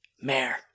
mayor